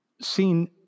seen